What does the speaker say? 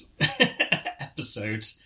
episode